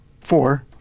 four